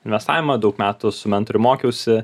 investavimą daug metų su mentorium mokiausi